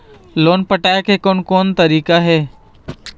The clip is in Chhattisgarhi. लोन पटाए के कोन कोन तरीका हे?